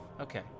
okay